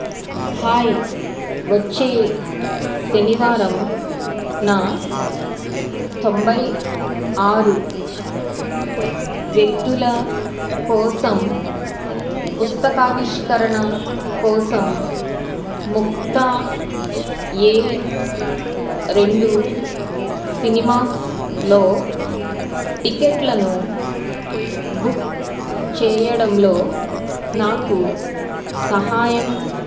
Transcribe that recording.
hi వచ్చే శనివారం నా తొంభై ఆరు వ్యక్తుల కోసం పుస్తక ఆవిష్కరణ కోసం ముక్తా ఏ రెండు సినిమాస్లో టిక్కెట్లను బుక్ చేయడంలో నాకు సహాయం